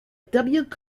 cullen